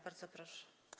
Bardzo proszę.